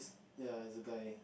ya it's a guy